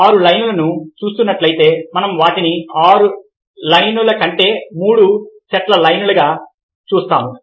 మీరు 6 లైన్లను చూస్తున్నట్లయితే మనం వాటిని 6 లైన్ల కంటే మూడు సెట్ల లైన్లుగా చూస్తాము